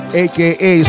aka